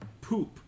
poop